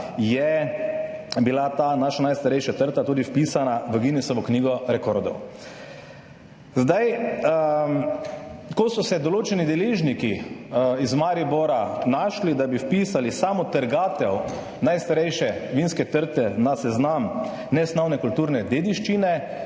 je bila ta naša najstarejša trta tudi vpisana v Guinnessovo knjigo rekordov. Ko so se določeni deležniki iz Maribora našli, da bi vpisali samo trgatev najstarejše vinske trte na seznam nesnovne kulturne dediščine,